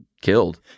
killed